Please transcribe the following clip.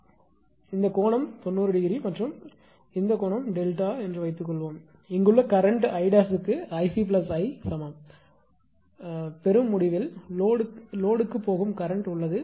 இது 𝐼𝑐 இந்த கோணம் 90 ° மற்றும் அந்த கோணம் டெல்டா என்று வைத்துக்கொள்வோம் இங்குள்ள கரண்ட் 𝐼' க்கு 𝐼𝑐 𝐼 சமம் கடைநிலையில் லொடுக்கு போகும் கரண்ட் உள்ளது